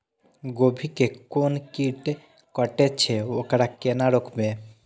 गोभी के कोन कीट कटे छे वकरा केना रोकबे?